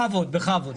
בכבוד, בכבוד.